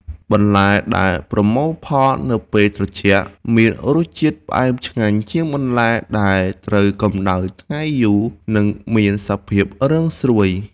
បន្លែដែលប្រមូលផលនៅពេលត្រជាក់មានរសជាតិផ្អែមឆ្ងាញ់ជាងបន្លែដែលត្រូវកម្ដៅថ្ងៃយូរ និងមានសភាពរឹងស្រួយ។